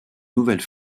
nouvelle